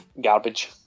garbage